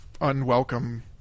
unwelcome